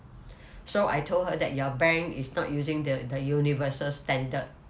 so I told her that your bank is not using the the universal standard